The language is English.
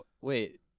wait –